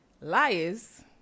Liars